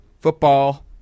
football